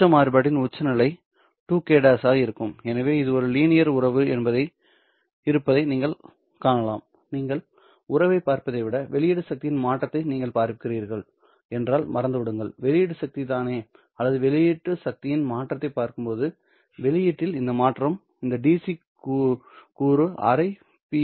உச்ச மாறுபாட்டின் உச்சநிலை 2kˈ ஆக இருக்கும் எனவே ஒரு லீனியர் உறவு இருப்பதை நீங்கள் காணலாம் நீங்கள் உறவை பார்ப்பதை விட வெளியீட்டு சக்தியின் மாற்றத்தை நீங்கள் பார்க்கிறீர்கள் என்றால் மறந்துவிடுங்கள் வெளியீட்டு சக்தி தானே அல்லது வெளியீட்டு சக்தியின் மாற்றத்தைப் பார்க்கும்போது வெளியீட்டில் இந்த மாற்றம் இந்த DC கூறு அரை பி